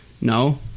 No